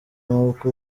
nk’uko